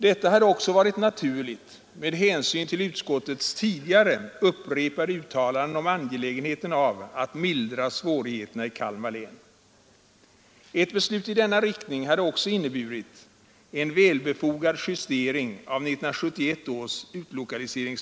Detta hade också varit naturligt med hänsyn till utskottets tidigare upprepade uttalanden om angelägenheten av att mildra svårigheterna i Kalmar län. Ett beslut i denna riktning hade också inneburit en Herr talman!